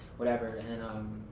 whatever. and then,